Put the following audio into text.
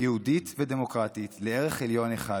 יהודית ודמוקרטית לערך עליון אחד,